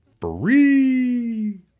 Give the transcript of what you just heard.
free